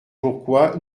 pourquoi